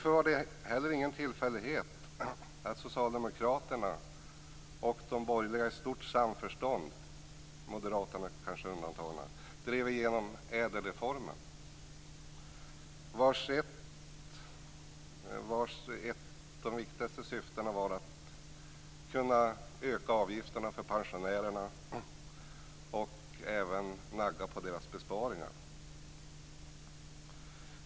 Det var inte heller någon tillfällighet att socialdemokraterna och de borgerliga partierna i stort samförstånd - moderaterna var kanske undantagna - drev igenom ädelreformen, där ett av de viktigaste syftena var att öka avgifterna för pensionärerna och nagga på deras besparingar.